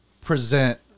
present